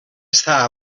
estar